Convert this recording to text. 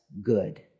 good